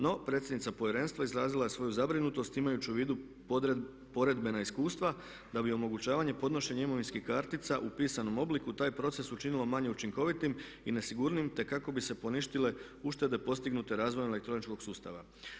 No, predsjednica Povjerenstva izrazila je svoju zabrinutost imajući u vidu poredbena iskustva da bi omogućavanje i podnošenje imovinskih kartica u pisanom obliku taj proces učinilo manje učinkovitim i nesigurnijim, te kako bi se poništile uštede postignute razvojem elektroničkog sustava.